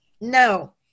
No